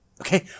Okay